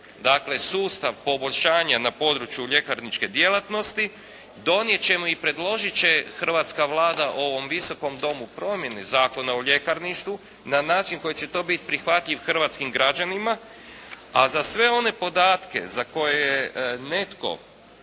dakle, sustav poboljšanja na području ljekarničke djelatnosti, donijeti ćemo i predložiti će hrvatska Vlada ovom Visokom domu promjene Zakona o ljekarništvu, na način koji će to biti prihvatljiv hrvatskim građanima a za sve one podatke za koje je